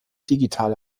digital